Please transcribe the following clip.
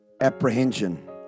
apprehension